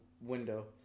window